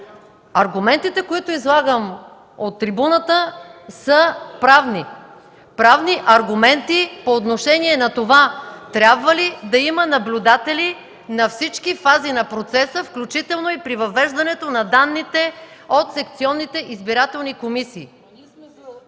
Аргументите, които излагаме от трибуната са правни - правни аргументи по отношение на това трябва ли да има наблюдатели на всички фази на процеса, включително и при въвеждането на данните от секционните избирателни комисии.